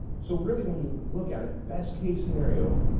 so really when you look at it, best-case scenario,